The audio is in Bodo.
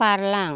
बारलां